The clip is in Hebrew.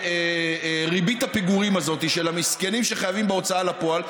ריבית הפיגורים הזאת של המסכנים שחייבים בהוצאה לפועל,